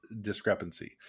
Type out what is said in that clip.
discrepancy